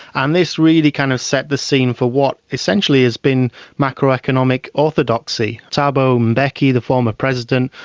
and this really kind of set the scene for what essentially has been macroeconomic orthodoxy. thabo mbeki, the former president,